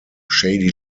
shady